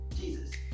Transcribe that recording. Jesus